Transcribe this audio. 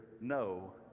no